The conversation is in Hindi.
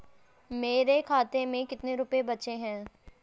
मेरे खाते में कितने रुपये बचे हैं?